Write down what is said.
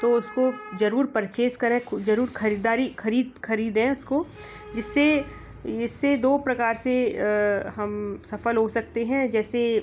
तो उसको ज़रूर परचेज़ करें ज़रूर ख़रीदारी ख़रीद ख़रीदें उसको जिससे इससे दो प्रकार से हम सफल हो सकते हैं जैसे